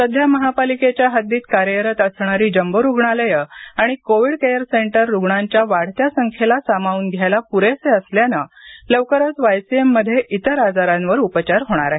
सध्या महापालिकेच्या हद्दीत कार्यरत असणारी जंबो रुणालयं आणि कोविड केअर सेंटर रुग्णांच्या वाढत्या संख्येला सामावून घ्यायला पूरेसे असल्यानं लवकरच वायसीएममध्ये इतर आजारावर उपचार होणार आहेत